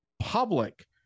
public